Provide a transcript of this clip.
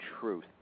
truth